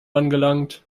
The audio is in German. angelangt